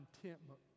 contentment